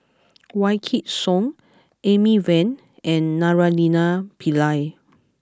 Wykidd Song Amy Van and Naraina Pillai